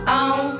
on